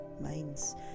minds